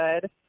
good